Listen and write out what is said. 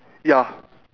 ya